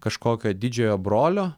kažkokio didžiojo brolio